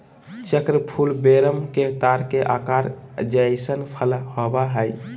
चक्र फूल वेरम के तार के आकार जइसन फल होबैय हइ